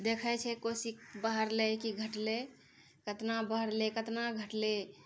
देखै छै कोसी बढ़लै कि घटलै कितना बढ़लै कितना घटलै